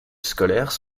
scolaires